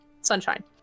Sunshine